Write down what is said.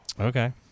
Okay